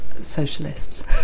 socialists